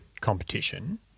competition